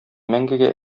мәңгегә